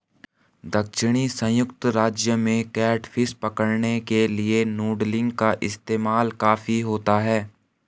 दक्षिणी संयुक्त राज्य में कैटफिश पकड़ने के लिए नूडलिंग का इस्तेमाल काफी होता है